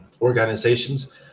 organizations